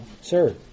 Sir